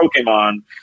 Pokemon